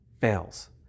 fails